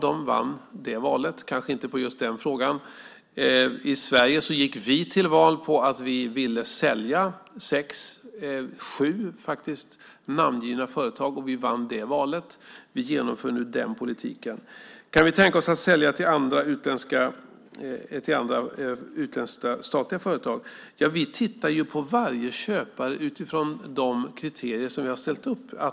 De vann det valet, kanske inte på just den frågan. I Sverige gick vi till val på att vi ville sälja faktiskt sju namngivna företag, och vi vann det valet. Vi genomför nu den politiken. Kan vi tänka oss att sälja till andra utländska statliga företag? Vi tittar ju på varje köpare utifrån de kriterier som vi har ställt upp.